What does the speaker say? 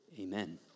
Amen